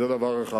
זה דבר אחד.